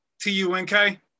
T-U-N-K